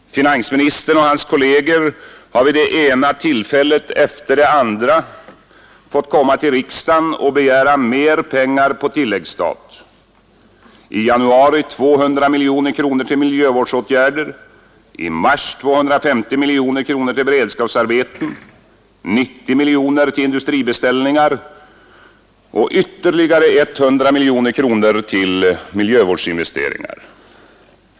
Finansministern och hans kolleger har vid det ena tillfället efter det andra fått komma till riksdagen och begära mer pengar på tilläggsstat: i januari 200 miljoner kronor till miljövårdsåtgärder, i mars 250 miljoner kronor till beredskapsarbeten, 90 miljoner till industribeställningar och ytterligare 100 miljoner kronor till miljövårdsinvesteringar.